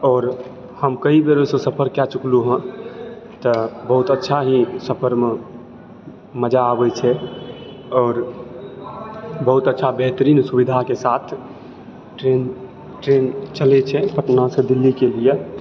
आओर हम कइ बेर ओहिसँ सफर कय चुकलहुॅं हँ तऽ बहुत अच्छा ई सफर मे मजा आबै छै आओर बहुत अच्छा बेहतरीन सुबिधा के साथ ट्रेन ट्रेन चलै छै पटनासँ दिल्ली के लिय